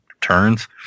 turns